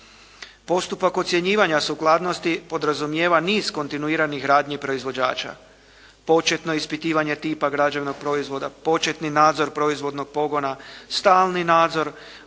Postupak ocjenjivanja sukladnosti podrazumijeva niz kontinuiranih radnji proizvođača. Početno ispitivanja tipa građevnog proizvoda, početni nadzor proizvodnog pogona, stalni nadzor,